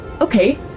Okay